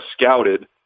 scouted